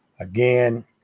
Again